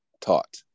taught